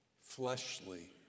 fleshly